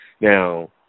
Now